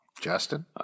Justin